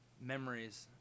memories